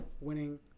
winning